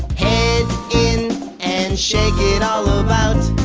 head in and shake it all about.